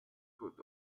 put